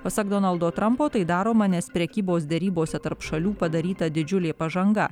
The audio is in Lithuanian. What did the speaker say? pasak donaldo trampo tai daroma nes prekybos derybose tarp šalių padaryta didžiulė pažanga